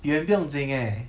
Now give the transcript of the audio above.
远不用紧 eh